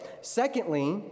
Secondly